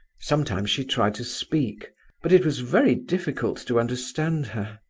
sometimes she tried to speak but it was very difficult to understand her.